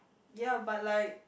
ya but like